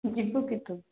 ଯିବୁ କି ତୁ